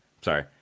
sorry